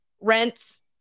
rents